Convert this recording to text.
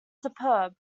superb